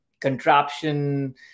contraption